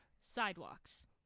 Sidewalks